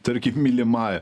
tarkim mylimąja